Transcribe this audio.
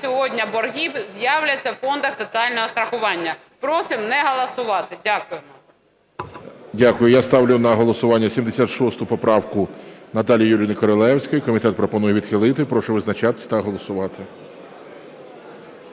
сьогодні мільярдні борги з'являться в фордах соціального страхування. Просимо не голосувати. Дякую. ГОЛОВУЮЧИЙ. Дякую. Я ставлю на голосування 76 поправку Наталії Юріївни Королевської. Комітет пропонує відхилити. Прошу визначатись та голосувати.